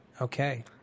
Okay